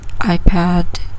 iPad